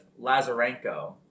Lazarenko